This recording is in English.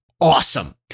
awesome